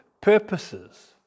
purposes